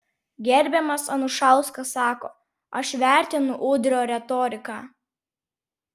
gerbiamas anušauskas sako aš vertinu udrio retoriką